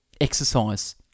Exercise